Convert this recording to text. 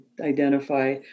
identify